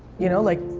you know, like,